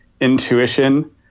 intuition